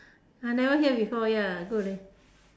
I never hear before ya good leh